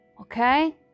Okay